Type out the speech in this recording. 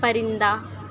پرندہ